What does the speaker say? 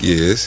Yes